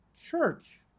church